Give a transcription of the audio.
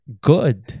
good